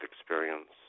experience